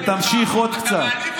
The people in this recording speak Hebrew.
תמשיך עוד קצת.